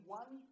one